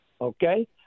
Okay